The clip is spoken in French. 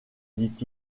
dit